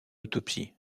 autopsie